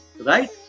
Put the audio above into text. Right